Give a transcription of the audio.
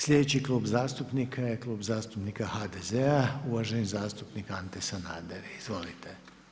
Sljedeći klub zastupnika je Klub zastupnika HDZ-a, uvaženi zastupnik Ante Sanader, izvolite.